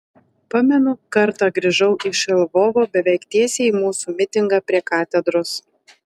pamenu kartą grįžau iš lvovo beveik tiesiai į mūsų mitingą prie katedros